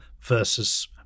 versus